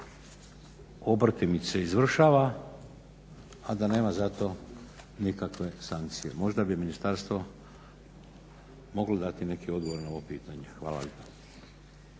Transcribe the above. obrtimice izvršava, a da nema za to nikakve sankcije. Možda bi ministarstvo moglo dati neki odgovor na ovo pitanje. Hvala lijepa.